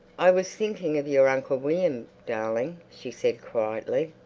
i was thinking of your uncle william, darling, she said quietly.